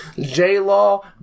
J-Law